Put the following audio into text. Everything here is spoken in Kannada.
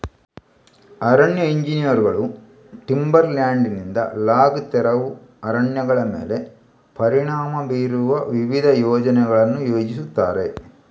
ಅರಣ್ಯ ಎಂಜಿನಿಯರುಗಳು ಟಿಂಬರ್ ಲ್ಯಾಂಡಿನಿಂದ ಲಾಗ್ ತೆರವು ಅರಣ್ಯಗಳ ಮೇಲೆ ಪರಿಣಾಮ ಬೀರುವ ವಿವಿಧ ಯೋಜನೆಗಳನ್ನು ಯೋಜಿಸುತ್ತಾರೆ